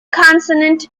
consonant